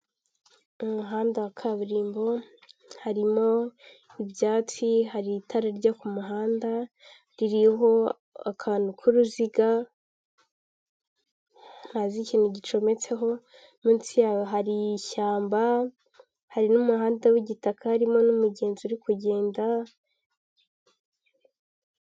Mu muhanda wa kaburimbo harimo ibyatsi, hari itara ryo ku muhanda ririho akantu k'uruziga ntazi ikintu gicometseho; munsi yaho hari ishyamba, hari n'umuhanda w'igitaka harimo n'umugenzi uri kugenda.